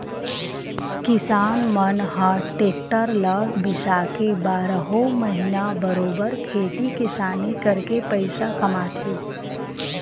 किसान मन ह टेक्टर ल बिसाके बारहो महिना बरोबर खेती किसानी करके पइसा कमाथे